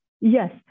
Yes